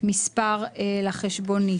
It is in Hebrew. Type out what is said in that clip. מספר לחשבונית